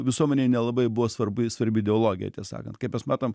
visuomenei nelabai buvo svarbu jai svarbi ideologija tiesą sakant kaip mes matom